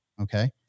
okay